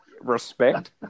Respect